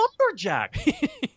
Lumberjack